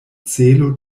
celo